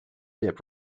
dip